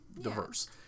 diverse